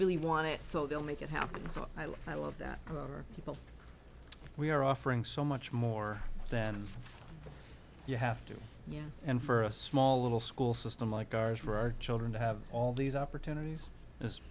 really want it so they'll make it happen so i love that our people we're offering so much more than you have to you know and for a small little school system like ours for our children to have all these opportunities